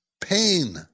Pain